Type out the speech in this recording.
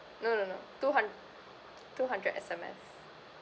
no no no two hun~ two hundred S_M_S